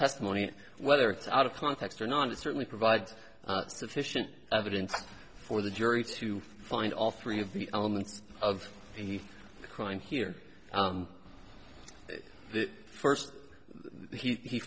testimony and whether it's out of context or not it certainly provides sufficient evidence for the jury to find all three of the elements of the crime here first he